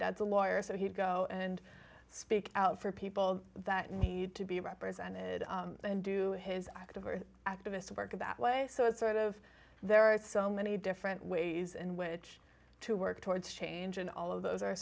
dad's a lawyer so he'd go and speak out for people that need to be represented and do his active or activist work of that way so it sort of there are so many different ways in which to work towards change and all of those are